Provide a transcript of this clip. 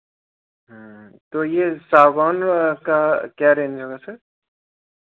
तो यह सागवान का क्या रेंज होगा सर